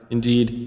Indeed